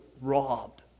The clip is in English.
robbed